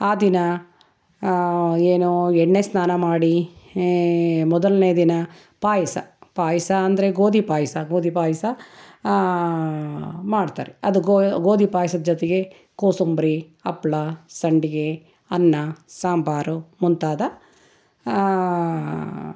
ಆ ದಿನ ಏನು ಎಣ್ಣೆ ಸ್ನಾನ ಮಾಡಿ ಮೊದಲ್ನೇ ದಿನ ಪಾಯಸ ಪಾಯಸ ಅಂದರೆ ಗೋಧಿ ಪಾಯಸ ಗೋಧಿ ಪಾಯಸ ಮಾಡ್ತಾರೆ ಅದು ಗೋ ಗೋಧಿ ಪಾಯ್ಸದ ಜೊತೆಗೆ ಕೋಸಂಬ್ರಿ ಹಪ್ಳ ಸಂಡಿಗೆ ಅನ್ನ ಸಾಂಬಾರು ಮುಂತಾದ